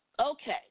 okay